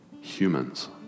Humans